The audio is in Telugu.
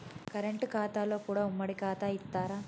కరెంట్ ఖాతాలో కూడా ఉమ్మడి ఖాతా ఇత్తరా?